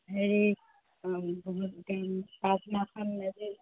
হেৰি পাছদিনাখন মেজি